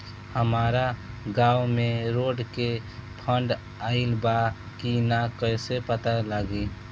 हमरा गांव मे रोड के फन्ड आइल बा कि ना कैसे पता लागि?